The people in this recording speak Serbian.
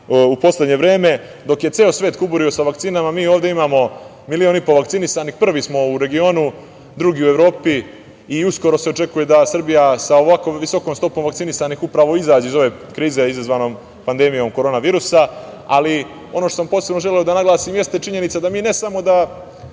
u poslednje vreme. Dok je ceo svet kuburio sa vakcinama mi ovde imamo milion i po vakcinisanih. Prvi smo u regionu, drugi u Evropi i uskoro se očekuje da Srbija sa ovako visokom stopom vakcinisanih upravo izađe iz ove krize izazvanom pandemijom korona virusa, ali ono što sam posebno želeo da naglasim jeste činjenica da mi ne samo da